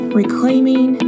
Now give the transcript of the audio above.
reclaiming